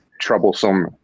troublesome